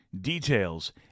Details